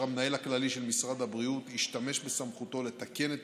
המנהל הכללי של משרד הבריאות ישתמש בסמכותו לתקן את